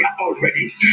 already